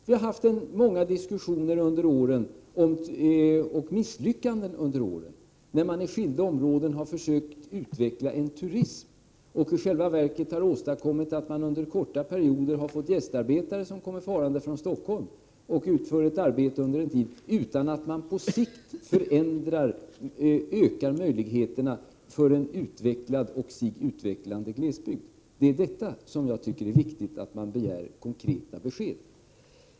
Vi har hört många diskussioner och sett många misslyckanden under åren, när man i skilda områden har försökt att utveckla en turism men i själva verket bara har åstadkommit att under en kort period gästarbetare kommit farande från Stockholm och utfört ett arbete, utan att på sikt möjligheterna ökat för en utvecklad och sig utvecklande glesbygd. Det är detta som gör att jag tycker det är viktigt att begära konkreta besked.